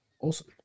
Awesome